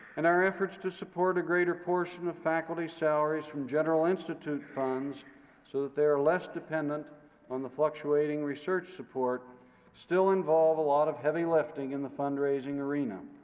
and our efforts to support a greater portion of faculty salaries from general institute funds so that they are less dependent on the fluctuating research support still involve a lot of heavy lifting in the fundraising arena.